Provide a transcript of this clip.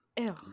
Ew